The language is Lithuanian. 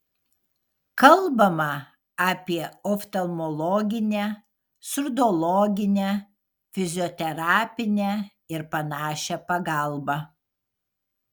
kalbama apie oftalmologinę surdologinę fizioterapinę ir panašią pagalbą